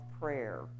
prayer